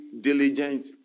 diligent